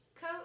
coat